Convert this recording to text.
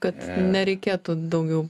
kad nereikėtų daugiau